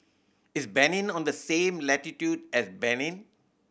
is Benin on the same latitude as Benin